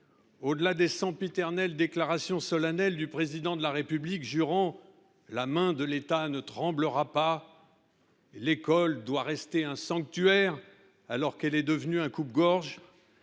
publique, des sempiternelles déclarations solennelles du Président de la République jurant que « la main de l’État ne tremblera pas » et que « l’école doit rester un sanctuaire », alors qu’elle est devenue un coupe gorge